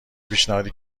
پیشنهادی